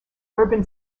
urban